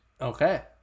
okay